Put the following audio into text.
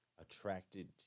attracted